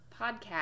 podcast